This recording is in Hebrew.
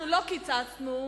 לא קיצצנו,